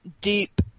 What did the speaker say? deep